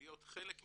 להיות חלק מהדיונים,